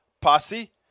Posse